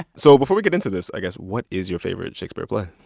so before we get into this, i guess, what is your favorite shakespeare play?